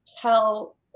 tell